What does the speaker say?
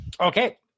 Okay